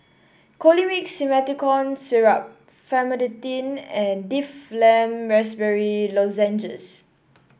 Colimix Simethicone Syrup Famotidine and Difflam Raspberry Lozenges